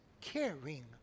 caring